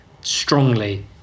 strongly